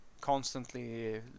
constantly